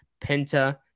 Penta